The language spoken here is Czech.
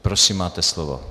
Prosím, máte slovo.